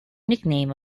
nickname